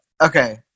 Okay